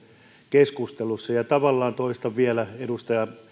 keskustelussa ja toistan vielä edustaja